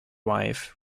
wife